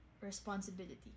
responsibility